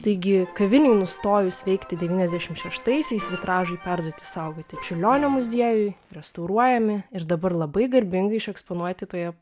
taigi kavinei nustojus veikti devyniasdešimt šeštaisiais vitražai perduoti saugoti čiurlionio muziejui restauruojami ir dabar labai garbingai išeksponuoti toje